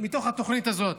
מתוך התוכנית הזאת.